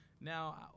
now